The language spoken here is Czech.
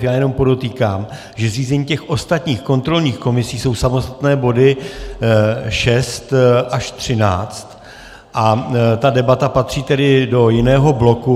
Jenom podotýkám, že zřízení těch ostatních kontrolních komisí jsou samostatné body 6 až 13 a ta debata patří tedy do jiného bloku.